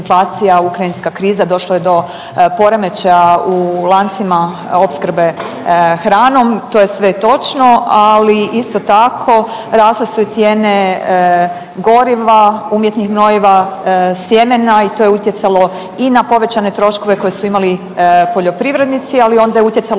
ukrajinska kriza, došlo je do poremećaja u lancima opskrbe hranom. To je sve točno, ali isto tako, rasle su i cijene goriva, umjetnih gnojiva, sjemena i to je utjecalo i na povećane troškove koje su imali poljoprivrednici, ali onda je utjecalo